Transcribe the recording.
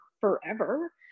forever